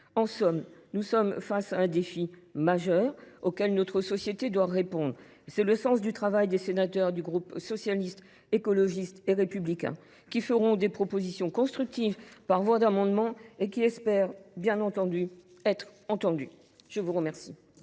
En somme, nous sommes face à un défi majeur, auquel notre société doit répondre. C’est le sens du travail des sénateurs du groupe Socialiste, Écologiste et Républicain, qui formuleront des propositions constructives par voie d’amendement et espèrent évidemment être entendus. La parole